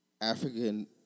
African